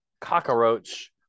cockroach